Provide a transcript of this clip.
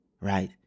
Right